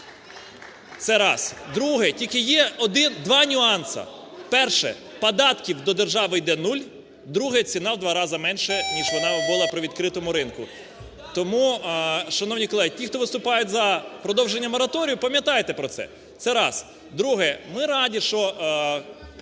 Це раз. Друге. Тільки є один, два нюанси. Перше: податків до держави йде нуль. Друге: ціна в два рази менше, ніж вона була б при відкритому ринку. Тому, шановні колеги, ті, хто виступають за продовження мораторію, пам'ятайте про це. Це раз. Друге. Ми раді, що